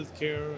healthcare